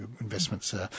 investments